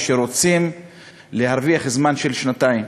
שרוצים להרוויח זמן של שנתיים.